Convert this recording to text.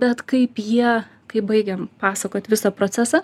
bet kaip jie kai baigėm pasakot visą procesą